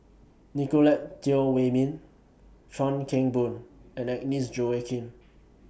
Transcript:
Nicolette Teo Wei Min Chuan Keng Boon and Agnes Joaquim